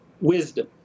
wisdom